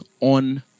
on